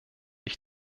ich